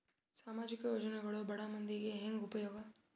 ಸಾಮಾಜಿಕ ಯೋಜನೆಗಳು ಬಡ ಮಂದಿಗೆ ಹೆಂಗ್ ಉಪಯೋಗ?